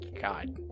God